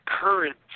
current